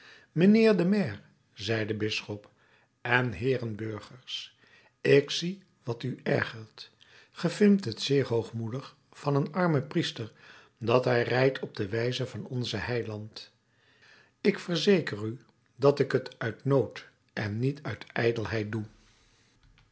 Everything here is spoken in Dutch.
zei de bisschop en heeren burgers ik zie wat u ergert ge vindt het zeer hoogmoedig van een armen priester dat hij rijdt op de wijze van onzen heiland ik verzeker u dat ik het uit nood en niet uit ijdelheid doe